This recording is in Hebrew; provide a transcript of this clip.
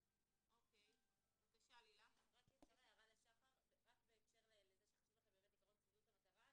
שאולי --- בהקשר לזה שחשוב לכם העיקרון של צמידות למטרה,